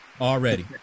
Already